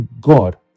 God